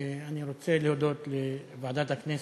תודה, אני רוצה להודות לוועדת הכנסת,